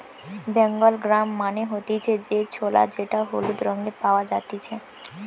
Bengal gram মানে হতিছে যে ছোলা যেটা হলুদ রঙে পাওয়া জাতিছে